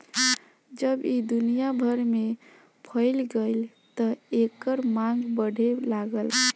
जब ई दुनिया भर में फइल गईल त एकर मांग बढ़े लागल